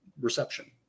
reception